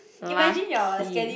lucky